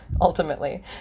ultimately